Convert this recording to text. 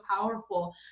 powerful